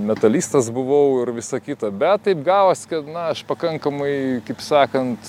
metalistas buvau ir visa kita bet taip gavosi kad na aš pakankamai kaip sakant